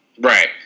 Right